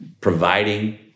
providing